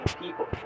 people